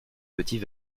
petits